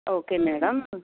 okay madam